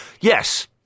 Yes